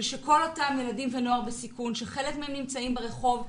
לטפל בכל אותם ילדים ונוער בסיכון שחלק מהם נמצאים ברחוב.